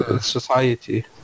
society